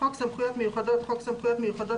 "חוק סמכויות מיוחדות" חוק סמכויות מיוחדות